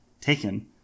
taken